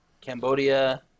Cambodia